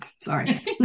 Sorry